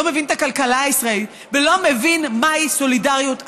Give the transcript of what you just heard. לא מבין את הכלכלה הישראלית ולא מבין מהי סולידריות אמיתית.